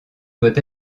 doit